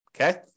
Okay